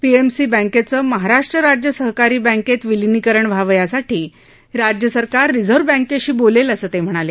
PMC बँकेचं महाराष्टू राज्य सहकारी बँकेत विलिनीकरण व्हावं यासाठी राज्य सरकार रिझर्व्ह बँकेशी बोलेल असं ते म्हणाले